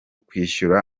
kwishyura